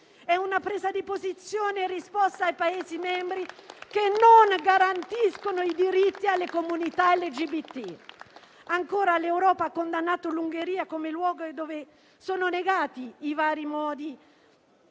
È una presa di posizione in risposta ai Paesi membri che non garantiscono i diritti alle comunità LGBT. L'Europa ha anche condannato l'Ungheria, come luogo in cui sono negati, in vari modi,